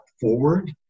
forward